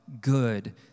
good